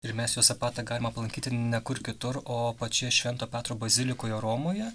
ir mes juozapatą galim aplankyti ne kur kitur o pačioje švento petro bazilikoje romoje